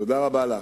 תודה רבה לך,